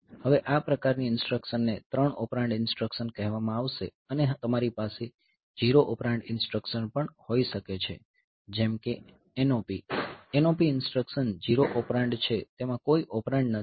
હવે આ પ્રકાર ની ઇન્સટ્રકશનને 3 ઓપરેન્ડ ઇન્સટ્રકશન કહેવામાં આવશે અને તમારી પાસે 0 ઓપરેન્ડ ઇન્સટ્રકશન પણ હોઈ શકે છે જેમ કે NOP NOP ઇન્સટ્રકશન 0 ઓપરેન્ડ છે તેમાં કોઈ ઓપરેન્ડ નથી